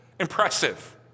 impressive